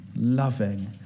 Loving